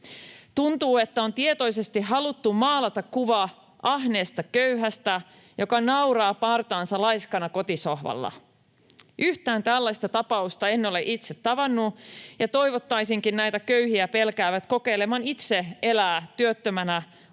Tuntuu, että on tietoisesti haluttu maalata kuvaa ahneesta köyhästä, joka nauraa laiskana partaansa kotisohvalla. Yhtään tällaista tapausta en ole itse tavannut, ja toivottaisinkin näitä köyhiä pelkäävät kokeilemaan itse elää työttömänä opiskelijana,